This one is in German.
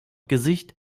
gesicht